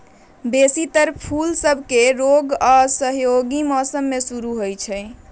बेशी तर फूल सभके रोग आऽ असहयोगी मौसम में शुरू होइ छइ